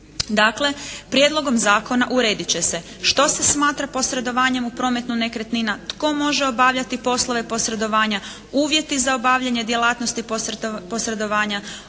Dakle, prijedlogom zakona uredit će se što se smatra posredovanjem u prometu nekretnina, tko može obavljati poslove posredovanja, uvjeti za obavljanje djelatnosti posredovanja,